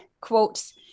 quotes